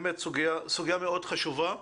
באמת סוגיה מאוד חשובה.